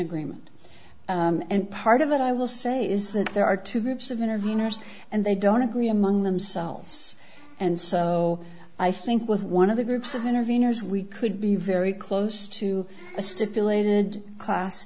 agreement and part of that i will say is that there are two groups of interveners and they don't agree among themselves and so i think with one of the groups of interveners we could be very close to a stipulated class